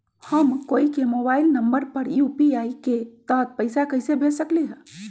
हम कोई के मोबाइल नंबर पर यू.पी.आई के तहत पईसा कईसे भेज सकली ह?